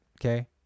Okay